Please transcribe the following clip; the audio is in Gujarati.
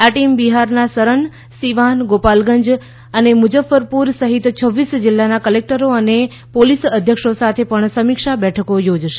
આ ટીમ બિહારના સરન સીવાન ગોપાલગંજ અને મુઝફ્ફરપુર સહિત છવ્વીસ જિલ્લાના કલેક્ટરો અને પોલીસ અધ્યક્ષો સાથે પણ સમીક્ષા બેઠક યોજશે